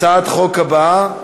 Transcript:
הצעת החוק הבאה,